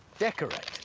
decorate?